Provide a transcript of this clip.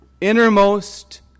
innermost